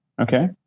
okay